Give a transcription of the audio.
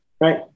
Right